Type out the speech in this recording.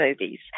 movies